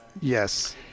Yes